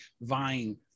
vying